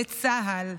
לצה"ל,